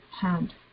hand